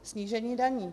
Snížení daní.